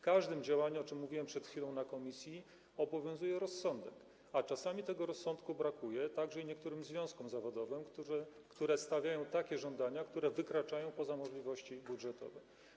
W każdym działaniu, o czym mówiłem przed chwilą w komisji, obowiązuje rozsądek, a czasami tego rozsądku brakuje, także niektórym związkom zawodowym, które stawiają żądania wykraczające poza możliwości budżetowe.